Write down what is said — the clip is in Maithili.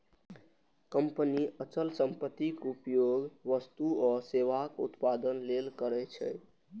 कंपनी अचल संपत्तिक उपयोग वस्तु आ सेवाक उत्पादन लेल करै छै